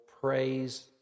praise